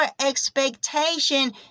expectation